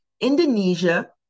Indonesia